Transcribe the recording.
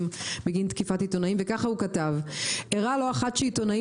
בגין תקיפת עיתונאים וככה הוא כתב: "אירע לא אחת שעיתונאים